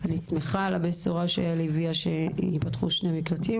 אני שמחה על הבשורה שיעל הביאה שיפתחו שני מקלטים,